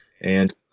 And-